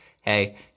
hey